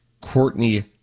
Courtney